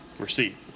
receipt